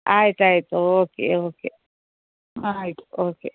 ಆಯ್ತು ಆಯಿತು okay okay ಆಯಿತು ಓಕೆ